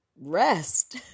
rest